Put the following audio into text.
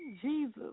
Jesus